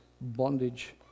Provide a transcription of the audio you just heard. bondage